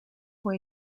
fue